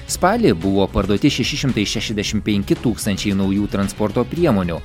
spalį buvo parduoti šeši šimtai šešiasdešim penki tūkstančiai naujų transporto priemonių